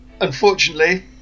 Unfortunately